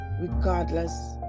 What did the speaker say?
regardless